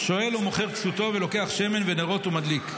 שואל או מוכר כסותו ולוקח שמן ונרות ומדליק".